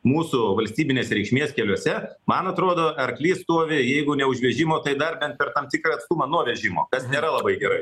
mūsų valstybinės reikšmės keliuose man atrodo arklys stovi jeigu ne už vežimo tai dar bent per tam tikrą atstumą nuo vežimo kas nėra labai gerai